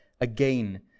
again